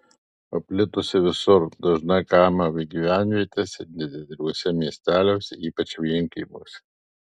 paplitusi visur dažna kaimo gyvenvietėse nedideliuose miesteliuose ypač vienkiemiuose